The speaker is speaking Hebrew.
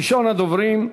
ראשון הדוברים,